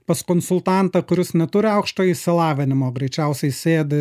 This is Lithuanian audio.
pas konsultantą kuris neturi aukštojo išsilavinimo greičiausiai sėdi